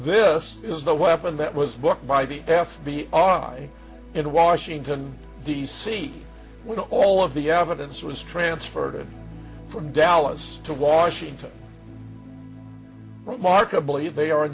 this is the weapon that was booked by the f b i are i in washington d c when all of the evidence was transferred from dallas to washington remarkably they are